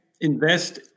invest